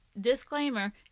Disclaimer